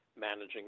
managing